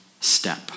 step